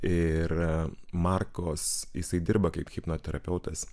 ir markos jisai dirba kaip hipnoterapeutas